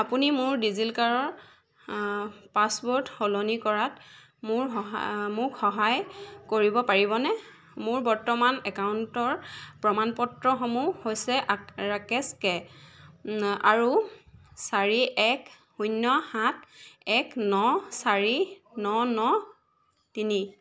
আপুনি মোৰ ডিজি লকাৰৰ পাছৱৰ্ড সলনি কৰাত মোৰ সহায় মোক সহায় কৰিব পাৰিবনে মোৰ বৰ্তমান একাউণ্টৰ প্ৰমাণপত্ৰসমূহ হৈছে ৰাকেশ কে আৰু চাৰি এক শূন্য সাত এক ন চাৰি ন ন তিনি